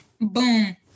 Boom